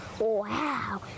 Wow